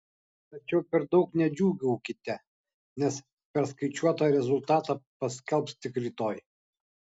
tačiau per daug nedžiūgaukite nes perskaičiuotą rezultatą paskelbs tik rytoj